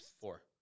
four